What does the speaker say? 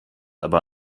aber